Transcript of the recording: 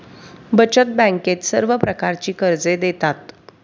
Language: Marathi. बचत बँकेत सर्व प्रकारची कर्जे देतात